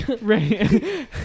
right